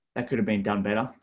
that could have been done better.